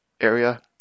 area